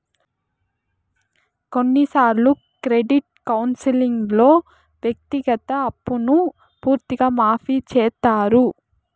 కొన్నిసార్లు క్రెడిట్ కౌన్సిలింగ్లో వ్యక్తిగత అప్పును పూర్తిగా మాఫీ చేత్తారు